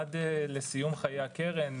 עד לסיום חיי הקרן,